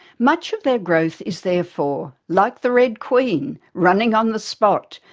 much of their growth is therefore like the red queen, running on the spot,